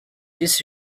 this